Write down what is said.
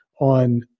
on